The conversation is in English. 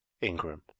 Ingram